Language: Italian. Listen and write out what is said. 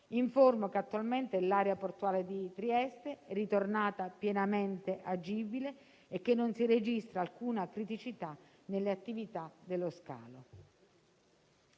Informo che attualmente l'area portuale di Trieste è ritornata pienamente agibile e che non si registra alcuna criticità nelle attività dello scalo.